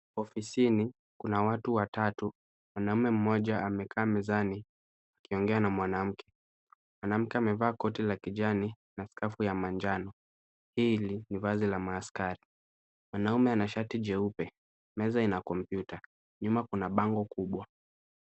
Ofisini, kuna watuy watatu, mwanaume mmoja amekaa mezani akiongea na mwanamke. Mwanamke amevaa koti la kijani na skafu ya manjano, hili ni vazi la maaskari. Mwamume ana shati jeupe. Meza ina kompyuta, nyuma kuna bango kubwa.